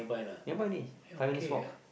nearby only five minutes walk